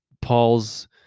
Paul's